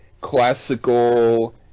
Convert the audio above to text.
classical